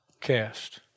cast